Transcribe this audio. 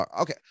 Okay